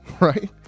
right